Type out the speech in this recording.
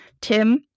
Tim